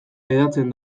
hedatzen